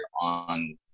on